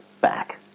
back